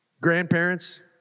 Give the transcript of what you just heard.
Grandparents